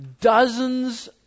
dozens